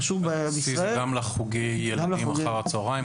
C זה גם לחוגי הילדים אחר הצוהריים,